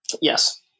Yes